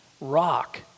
rock